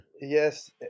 Yes